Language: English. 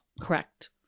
Correct